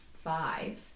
five